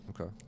Okay